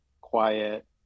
quiet